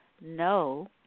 No